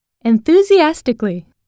enthusiastically